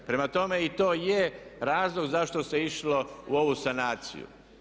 Prema tome, to je razlog zašto se išlo u ovu sanaciju.